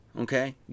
okay